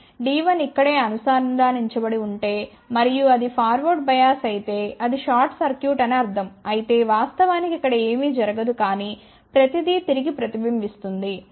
D1 ఇక్కడే అనుసంధానించబడి ఉంటే మరియు అది ఫార్వర్డ్ బయాస్ అయితే అది షార్ట్ సర్క్యూట్ అని అర్ధం అయితే వాస్తవానికి ఇక్కడ ఏమీ జరగదు కానీ ప్రతిదీ తిరిగి ప్రతిబింబిస్తుంది